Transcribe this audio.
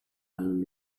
lalu